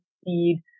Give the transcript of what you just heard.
speed